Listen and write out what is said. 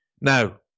Now